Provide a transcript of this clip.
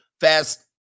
Fast